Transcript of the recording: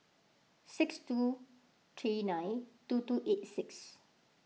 six two three nine two two eight six